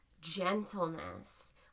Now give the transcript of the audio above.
gentleness